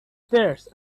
terse